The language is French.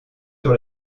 sur